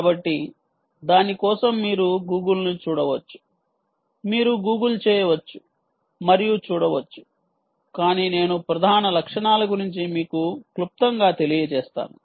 కాబట్టి దాని కోసం మీరు గూగుల్ ను చూడవచ్చు మీరు గూగుల్ చేయవచ్చు మరియు చూడవచ్చు కాని నేను ప్రధాన లక్షణాల గురించి మీకు క్లుప్తంగా తెలియజేస్తాను